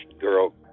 girl